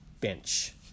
Bench